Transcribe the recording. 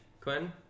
Quinn